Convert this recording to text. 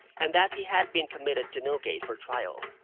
and that he had been committed to newgate for trial.